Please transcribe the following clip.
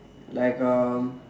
like um